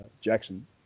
Jackson